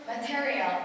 material